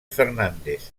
fernández